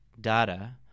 data